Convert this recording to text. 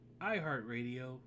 iHeartRadio